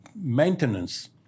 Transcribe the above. maintenance